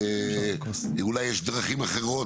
אולי יש דרכים אחרות,